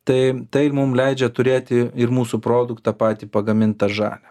tai tai mum leidžia turėti ir mūsų produktą patį pagamintą žalią